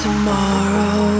Tomorrow